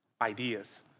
ideas